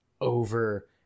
over